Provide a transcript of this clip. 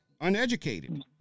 uneducated